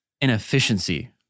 inefficiency